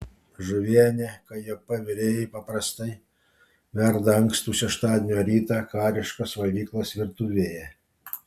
žuvienę kjp virėjai paprastai verda ankstų šeštadienio rytą kariškos valgyklos virtuvėje